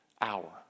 hour